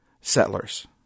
settlers